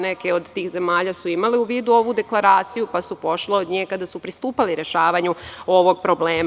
Neke od tih zemalja su imale u vidu ove deklaraciju pa su pošle od nje kada su pristupali rešavanju ovog problema.